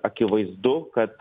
akivaizdu kad